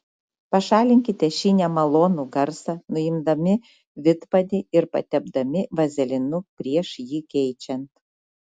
pašalinkite šį nemalonų garsą nuimdami vidpadį ir patepdami vazelinu prieš jį keičiant